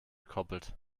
gekoppelt